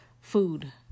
food